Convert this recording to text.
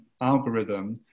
algorithm